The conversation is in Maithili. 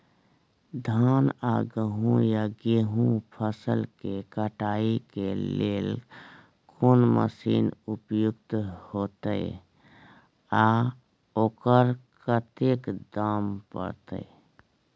धान आ गहूम या गेहूं फसल के कटाई के लेल कोन मसीन उपयुक्त होतै आ ओकर कतेक दाम परतै?